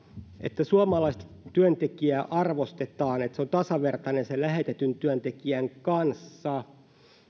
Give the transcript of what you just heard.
että suomalaista työntekijää arvostetaan ja hän on tasavertainen lähetetyn työntekijän kanssa